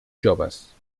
joves